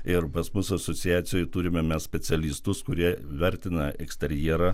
ir pas mus asociacijoj turime mes specialistus kurie vertina eksterjerą